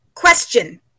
question